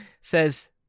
says